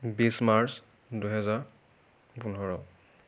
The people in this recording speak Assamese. বিছ মাৰ্চ দুহেজাৰ পোন্ধৰ